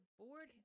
board